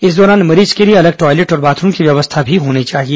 इस दौरान मरीज के लिए अलग टॉयलेट और बाथरूम की व्यवस्था भी होनी चाहिए